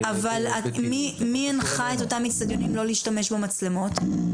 מי הנחה את אותם אצטדיונים לא להשתמש במצלמות?